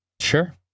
sure